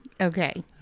Okay